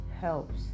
helps